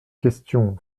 question